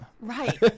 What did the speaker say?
Right